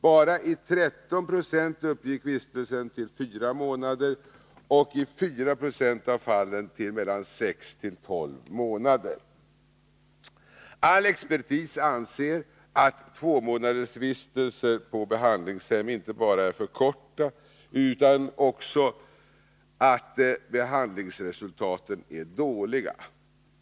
Bara i 13 26 av fallen uppgick vistelsen till mer än fyra månader och i 4 9 till mellan sex och tolv månader. All expertis anser inte bara att tvåmånadersvistelser på behandlingshem är för korta, utan också att behandlingsresultaten är dåliga.